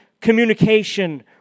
communication